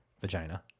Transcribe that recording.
vagina